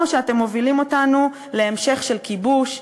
או שאתם מובילים אותנו להמשך של כיבוש,